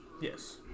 Yes